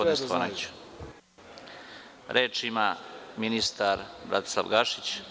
Reč ima ministar Bratislav Gašić.